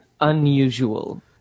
unusual